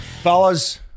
Fellas